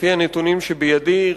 לפי הנתונים שבידי,